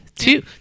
Two